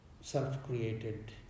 self-created